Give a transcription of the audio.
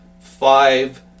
five